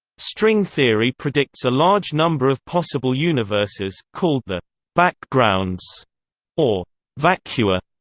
string theory predicts a large number of possible universes, called the backgrounds or vacua.